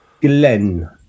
Glenn